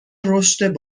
رشد